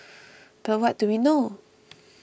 but what do we know